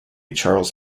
charles